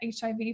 HIV